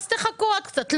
אז תחכו עוד קצת.